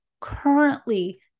currently